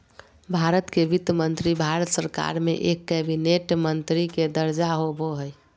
भारत के वित्त मंत्री भारत सरकार में एक कैबिनेट मंत्री के दर्जा होबो हइ